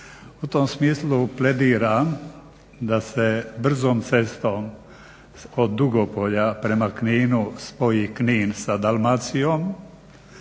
U tom smislu plediram da se brzom cestom od Dugopolja prema Kninu spoji Knin sa Dalmacijom